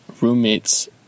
roommates